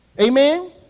Amen